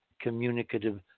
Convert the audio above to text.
communicative